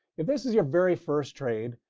if this is your very first trade,